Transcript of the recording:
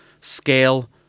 scale